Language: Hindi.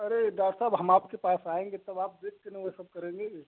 अरे डॉक्टर साहब हम आपके पास आएँगे तब आप देखकर सब करेंगे ही ना